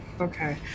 Okay